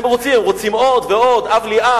הם רוצים עוד ועוד: הב לי,